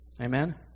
Amen